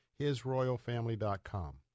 HisRoyalFamily.com